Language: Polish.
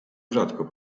rzadko